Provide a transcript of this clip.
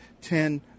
ten